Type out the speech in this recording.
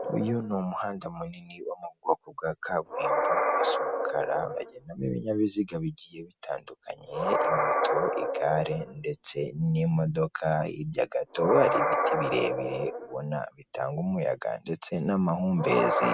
Uyu ni umuhanda munini wo mu bwoko bwa kaburimbo urasa umukara hagendamo ibinyabiziga bigiye bitandukanye moto, igare ndetse n'imodoka, hirya gato hari ibiti birebire ubona bitanga umuyaga ndetse n'amahumbezi.